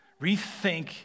Rethink